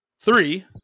three